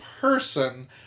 person